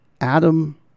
Adam